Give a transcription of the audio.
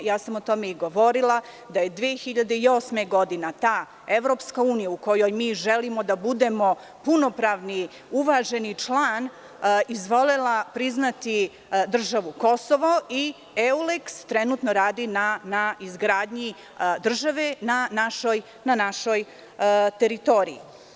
O tome sam govorila, da je 2008. godina ta EU u kojoj želimo da budemo punopravni uvaženi član izvolela priznati Kosovo i Euleks trenutno radi na izgradnji države na našoj teritoriji.